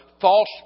false